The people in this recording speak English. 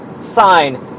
sign